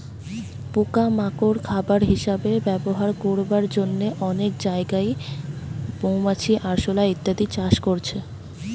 পোকা মাকড় খাবার হিসাবে ব্যবহার করবার জন্যে অনেক জাগায় মৌমাছি, আরশোলা ইত্যাদি চাষ করছে